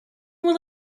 will